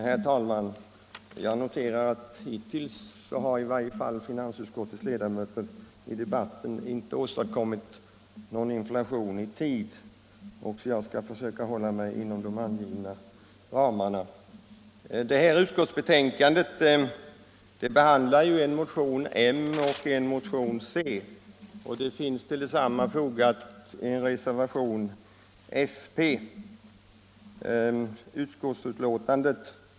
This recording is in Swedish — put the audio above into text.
Herr talman! Jag noterar att finansutskottets ledamöter i varje fall hittills i debatten inte åstadkommit någon inflation i tid, och jag skall också försöka hålla mig inom de angivna tidsramarna. Detta utskottsbetänkande behandlar en motion m och en motion c och till detsamma har fogats en reservation fp.